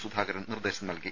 സുധാകരൻ നിർദ്ദേശം നൽകി